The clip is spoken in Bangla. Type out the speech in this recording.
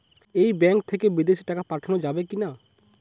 এই ব্যাঙ্ক থেকে বিদেশে টাকা পাঠানো যাবে কিনা?